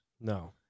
No